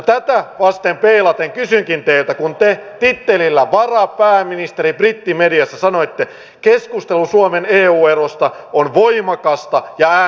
tätä vasten peilaten kysynkin teiltä kun te tittelillä varapääministeri brittimediassa sanoitte että keskustelu suomen eu erosta on voimakasta ja äänekästä